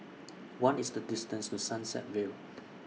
What IS The distance to Sunset Vale